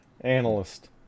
Analyst